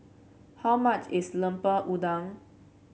how much is Lemper Udang